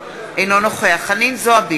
אינו נוכח קארין אלהרר,